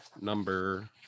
number